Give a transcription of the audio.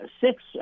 six